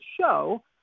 show